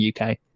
UK